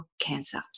cancer